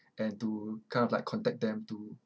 and to kind of like contact them to